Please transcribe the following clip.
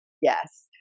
Yes